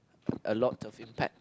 a lot of impact